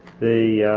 the